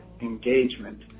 engagement